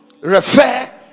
Refer